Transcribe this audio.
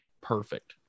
Perfect